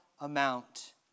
amount